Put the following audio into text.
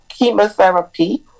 chemotherapy